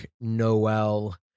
Noel